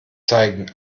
zeigen